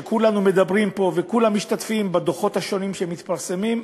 שכולנו מדברים פה וכולם משתתפים בדוחות השונים שמתפרסמים,